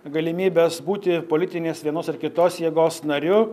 galimybes būti politinės vienos ar kitos jėgos nariu